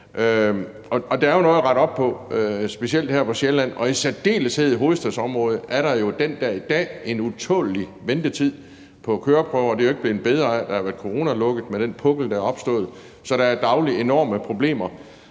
Der er jo noget at rette op på, specielt her på Sjælland. Og i særdeleshed i hovedstadsområdet er der den dag i dag en utålelig ventetid på køreprøver. Det er heller ikke blevet bedre med den pukkel, der er opstået, af, at der har været coronalukket. Så der er dagligt enorme problemer,